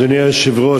אדוני היושב-ראש,